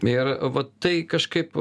ir va tai kažkaip